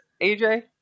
AJ